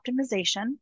optimization